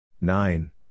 Nine